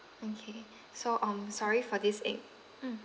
okay so um sorry for this a~ mm